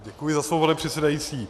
Děkuji za slovo, pane předsedající.